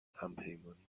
همپیمانی